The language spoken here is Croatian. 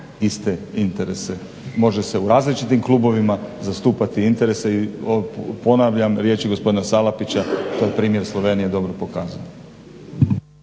iste interese. Može se u različitim klubovima zastupati interese i ponavljam riječi gospodina Salapića to je primjer Slovenije dobro pokazao.